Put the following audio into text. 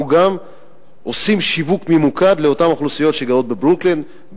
אנחנו גם עושים שיווק ממוקד לאותן אוכלוסיות שגרות בברוקלין,